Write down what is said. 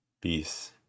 Peace